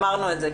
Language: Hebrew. אמרנו את זה.